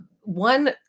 one